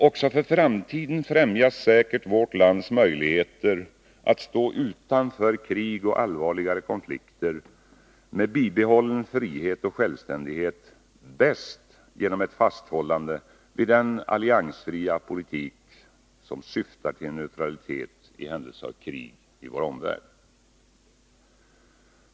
Också för framtiden främjas säkert vårt lands möjligheter att stå utanför krig och allvarligare konflikter med bibehållen frihet och självständighet bäst genom ett fasthållande vid den alliansfria politik som syftar till neutralitet i händelse av krig i vår omvärld.